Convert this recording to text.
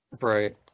Right